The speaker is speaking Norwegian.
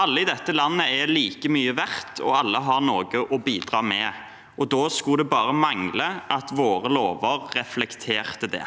Alle i dette landet er like mye verdt, og alle har noe å bidra med. Da skulle det bare mangle om ikke våre lover reflekterte det.